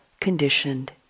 conditioned